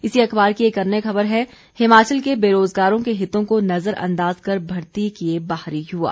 इसी अखबार की एक अन्य खबर है हिमाचल के बेरोजगारों को हितों को नजरअंदाज कर भर्ती किये बाहरी युवा